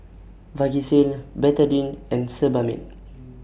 Vagisil Betadine and Sebamed